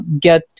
get